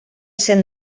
cent